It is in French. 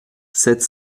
sept